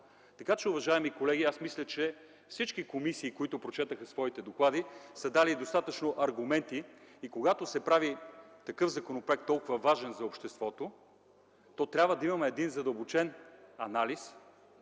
най-малко. Уважаеми колеги, аз мисля, че всички комисии, които прочетоха своите доклади, са дали достатъчно аргументи. Когато се прави такъв толкова важен за обществото законопроект, то трябва да имаме един задълбочен анализ